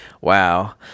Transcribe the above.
Wow